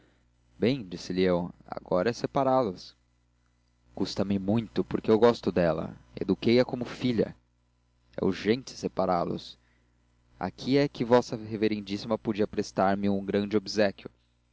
bem disse-lhe eu agora é separá los custa-me muito porque eu gosto dela eduquei a como filha e urgente separá los aqui é que vossa reverendíssima podia prestar-me um grande obséquio